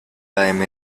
time